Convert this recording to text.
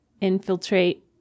infiltrate